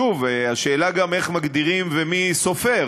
שוב, השאלה היא גם איך מגדירים ומי סופר.